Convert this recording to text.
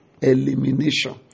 elimination